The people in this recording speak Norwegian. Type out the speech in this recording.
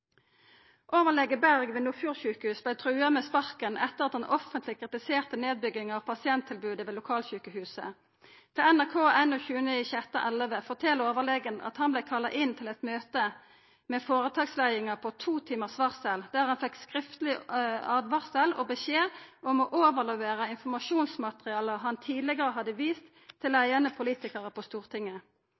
Overlege Berg ved Nordfjord sjukehus vart trua med sparken etter at han offentleg kritiserte nedbygginga av pasienttilbodet ved lokalsjukehuset. Til NRK 21. juni 2011 fortel overlegen at han vart kalla inn til eit møte med føretaksleiinga på to timars varsel, der han fekk skriftleg åtvaring og beskjed om å overlevera informasjonsmateriale han tidlegare hadde vist til leiande politikarar på Stortinget.